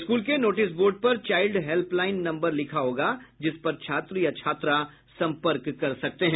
school के notice board पर child helpline number लिखा होगा जिसपर छात्र या छात्रा सम्पर्क कर सकते हैं